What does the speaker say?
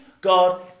God